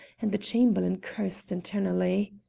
and the chamberlain cursed internally.